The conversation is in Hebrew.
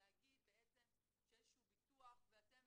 להגיד שאיזשהו ביטוח ואתם